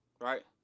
right